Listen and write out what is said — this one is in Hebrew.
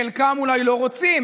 חלקם אולי לא רוצים.